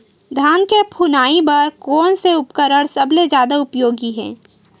धान के फुनाई बर कोन से उपकरण सबले जादा उपयोगी हे?